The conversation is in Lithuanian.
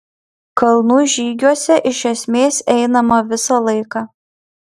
kalnų žygiuose iš esmės einama visą laiką